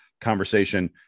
conversation